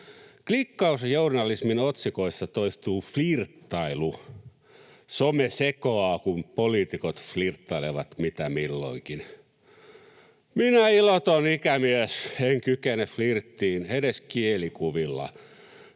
Klikkausjournalismin otsikoissa toistuu flirttailu. Some sekoaa, kun poliitikot flirttailevat mitä milloinkin. Minä iloton ikämies en kykene flirttiin edes kielikuvilla,